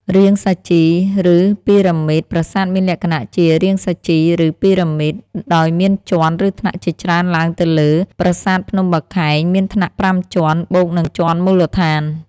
រាងសាជី ឬពីរ៉ាមីតប្រាសាទមានលក្ខណៈជា រាងសាជី ឬ ពីរ៉ាមីត ដោយមានជាន់ ឬថ្នាក់ជាច្រើនឡើងទៅលើ។ ប្រាសាទភ្នំបាខែង មានថ្នាក់៥ជាន់ បូកនឹងជាន់មូលដ្ឋាន។